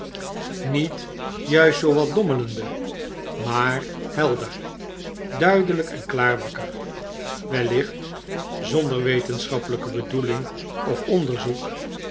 niet juist zoowat dommelende maar helder duidelyk en klaar wakker wellicht zondek wetenschappelyke bedoeling of onderzoekf